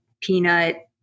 peanut